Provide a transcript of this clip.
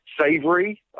savory